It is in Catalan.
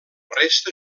resta